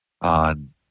on